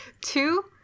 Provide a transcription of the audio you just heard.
Two